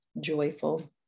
joyful